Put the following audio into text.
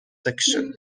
section